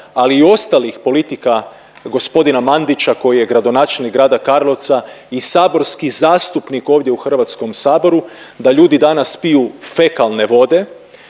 ali i ostalih politika g. Mandića koji je gradonačelnik Grada Karlovca i saborski zastupnik ovdje u HS-u da ljudi danas piju fekalne vode,